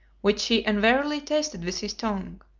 which he unwarily tasted with his tongue.